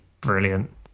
brilliant